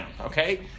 okay